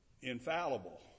infallible